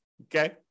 okay